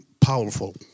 powerful